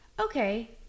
okay